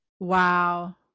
wow